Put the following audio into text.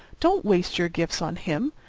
don't waste your gifts on him!